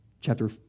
chapter